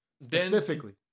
Specifically